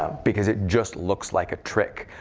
because it just looks like a trick.